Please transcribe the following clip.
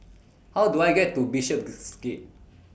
How Do I get to Bishopsgate